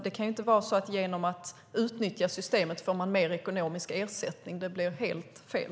Det kan ju inte vara så att man genom att utnyttja systemet får mer ekonomisk ersättning. Det blir helt fel.